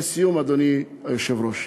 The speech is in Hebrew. לסיום, אדוני היושב-ראש,